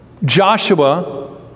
Joshua